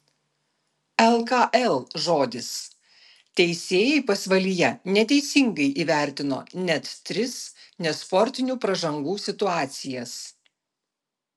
lkl žodis teisėjai pasvalyje neteisingai įvertino net tris nesportinių pražangų situacijas